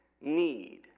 need